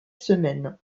semaines